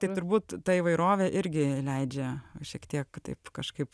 tai turbūt ta įvairovė irgi leidžia šiek tiek taip kažkaip